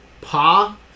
Pa